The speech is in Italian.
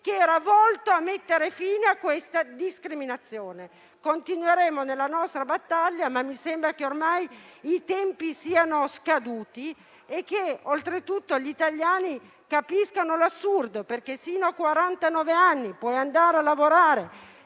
volto a mettere fine a questa discriminazione. Continueremo nella nostra battaglia, ma mi sembra che ormai i tempi siano scaduti. Oltretutto, gli italiani capiscono l'assurdo: fino a quarantanove anni si può andare a lavorare